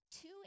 two